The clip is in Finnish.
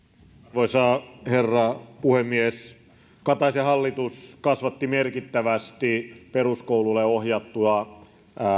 arvoisa herra puhemies kataisen hallitus kasvatti merkittävästi peruskouluille ohjattua